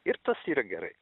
ir tas yra gerai